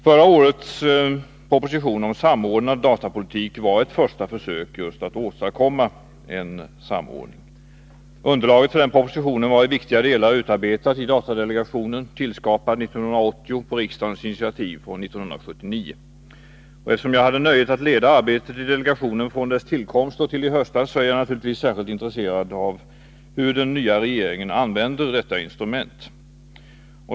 Förra årets proposition om samordnad datapolitik var ett första försök att åstadkomma just en samordning. Underlaget för den propositionen var i viktiga delar utarbetad i datadelegationen, tillskapad 1980 efter riksdagens initiativ 1979. Eftersom jag hade nöjet att leda arbetet i delegationen från dess tillkomst och till i höstas, är jag naturligtvis särskilt intresserad av hur den nya regeringen använder detta instrument.